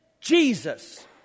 Jesus